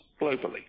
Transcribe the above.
globally